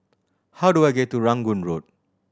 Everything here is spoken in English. how do I get to Rangoon Road